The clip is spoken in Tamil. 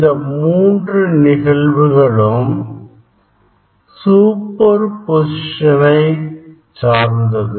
இந்த மூன்று நிகழ்வுகளும் சூப்பர் பொசிஷனை சார்ந்தது